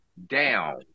down